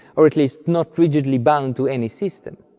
or at least not rigidly bound to any system.